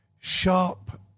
sharp